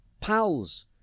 pals